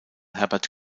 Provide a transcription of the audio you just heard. herbert